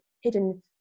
Hidden